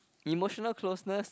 emotional closeness